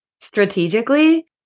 strategically